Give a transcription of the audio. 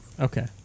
Okay